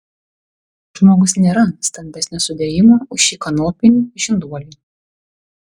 žmogus nėra stambesnio sudėjimo už šį kanopinį žinduolį